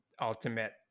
ultimate